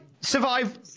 survive